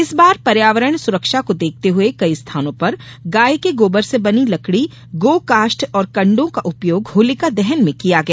इस बार पर्यावरण सुरक्षा को देखते हुए कई स्थानों पर गाय के गोबर से बनी लकडी गो काष्ठ और कंडों का उपयोग होलिका दहन में किया गया